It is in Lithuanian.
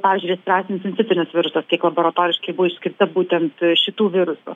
pavyzdžiui respiracinis sincitinis virusas kiek laboratoriškai buvo išskirta būtent šitų virusų